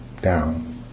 Down